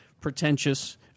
pretentious